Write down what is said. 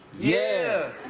yeah.